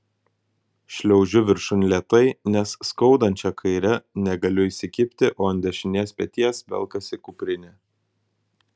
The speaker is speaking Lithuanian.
šliaužiu viršun lėtai nes skaudančia kaire negaliu įsikibti o ant dešinės peties velkasi kuprinė